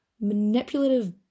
manipulative